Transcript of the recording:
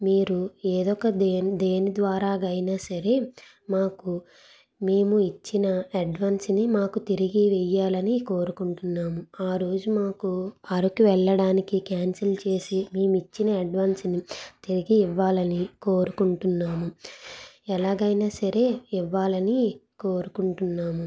మీరు ఏదో ఒక దేన్ దేని ద్వారా అయిన సరే మాకు మేము ఇచ్చిన అడ్వాన్స్ని మాకు తిరిగి వేయాలని కోరుకుంటున్నాము ఆరోజు మాకు అరకు వెళ్ళడానికి క్యాన్సల్ చేసి మేము ఇచ్చిన అడ్వాన్స్ని తిరిగి ఇవ్వాలని కోరుకుంటున్నాము ఎలాగైనా సరే ఇవ్వాలని కోరుకుంటున్నాము